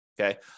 okay